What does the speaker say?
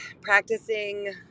practicing